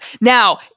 Now